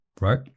right